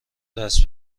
دست